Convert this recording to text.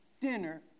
dinner